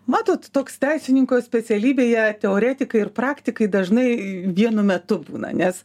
matot toks teisininko specialybėje teoretikai ir praktikai dažnai vienu metu būna nes